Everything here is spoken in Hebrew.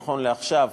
נכון לעכשיו,